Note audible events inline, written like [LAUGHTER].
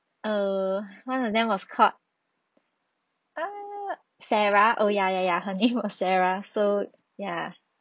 err one of them was called [NOISE] sarah oh ya ya ya her name was sarah so ya